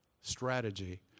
strategy